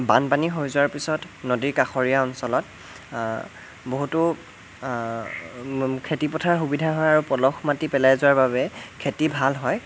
বানপানী হৈ যোৱাৰ পিছত নদী কাষৰীয়া অঞ্চলত বহুতো খেতি পথাৰ সুবিধা হয় আৰু পলস মাটি পেলাই যোৱাৰ বাবে খেতি ভাল হয়